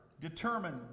determine